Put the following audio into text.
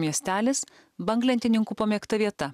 miestelis banglentininkų pamėgta vieta